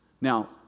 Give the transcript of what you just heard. now